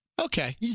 Okay